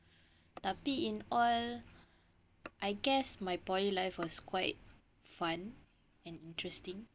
tapi in all I guess my poly life was quite fun and interesting